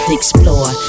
explore